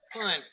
Fine